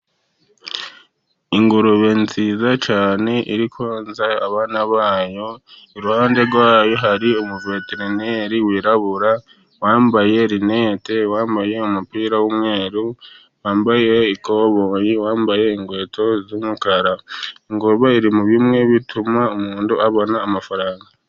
Ingurube nziza cyane, iri konsa abana ba yo, iruhande rwa yo hari umuveterineri wirabura, wambaye rinete, wambaye umupira w'umweru, wambaye ikoboyi, wambaye inkweto z'umukara, ingurube iri muri bimwe bituma umuntu abona amafaranga.